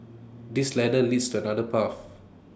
this ladder leads to another path